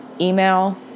email